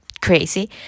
crazy